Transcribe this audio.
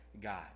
God